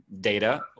data